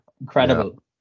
incredible